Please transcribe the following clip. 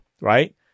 right